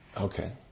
Okay